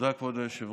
תודה, כבוד היושב-ראש.